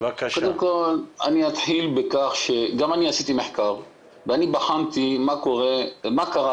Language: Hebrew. קודם כל אני אתחיל בכך שגם אני עשיתי מחקר ואני בחנתי מה קרה